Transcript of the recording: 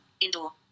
Indoor